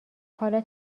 حالا